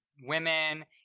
women